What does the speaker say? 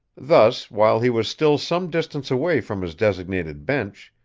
thus, while he was still some distance away from his designated bench,